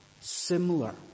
similar